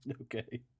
Okay